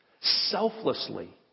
selflessly